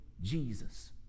Jesus